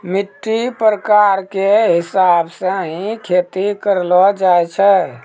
मिट्टी के प्रकार के हिसाब स हीं खेती करलो जाय छै